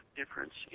difference